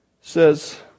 says